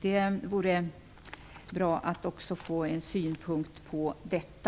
Det vore bra att också få en synpunkt på detta.